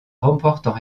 remportant